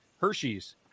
Hershey's